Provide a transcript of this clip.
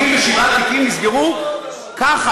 נחמן שי (המחנה הציוני): 887 תיקים נסגרו ככה,